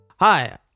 Hi